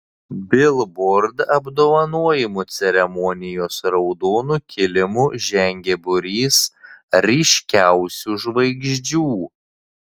bilbord apdovanojimų ceremonijos raudonu kilimu žengė būrys ryškiausių žvaigždžių